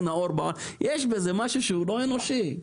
נאור בעולם יש בזה משהו שהוא לא אנושי,